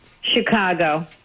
Chicago